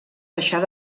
deixar